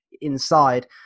inside